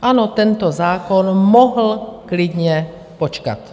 Ano, tento zákon mohl klidně počkat.